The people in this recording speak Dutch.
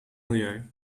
milieu